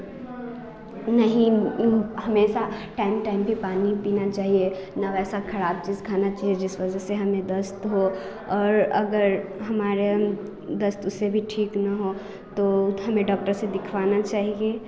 नहीं हमेशा time time पर पानी पीना चाहिए न वैसा ख़राब चीज़ खाना चाहिए जिस वजह से हमें दस्त हो और अगर हमारा दस्त उससे भी ठीक न हो तो हमें डॉक्टर से दिखाना चाहिए